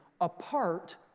apart